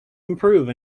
improve